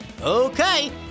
Okay